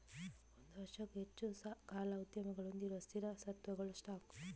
ಒಂದು ವರ್ಷಕ್ಕೂ ಹೆಚ್ಚು ಕಾಲ ಉದ್ಯಮಗಳು ಹೊಂದಿರುವ ಸ್ಥಿರ ಸ್ವತ್ತುಗಳ ಸ್ಟಾಕ್